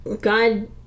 God